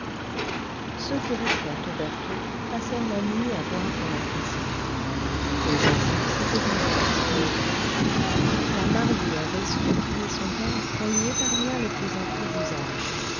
ceux qui restèrent aux bertaux passèrent la nuit à boire dans la cuisine les enfants s'étaient endormis sous les bancs la mariée avait supplié son père qu'on lui épargnât les plaisanteries d'usage